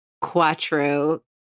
quattro